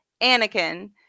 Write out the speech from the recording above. Anakin